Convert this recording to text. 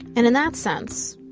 and, in that sense,